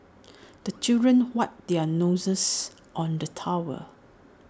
the children wipe their noses on the towel